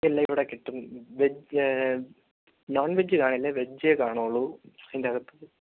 എല്ലാം ഇവിടെ കിട്ടും വെജ് നോൺ വെജ് കാണില്ല വെജെ കാണുള്ളൂ ഇതിന്റെ അകത്ത്